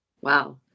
Wow